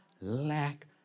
lack